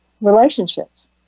relationships